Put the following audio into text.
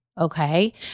Okay